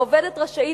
העובדת רשאית,